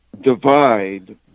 divide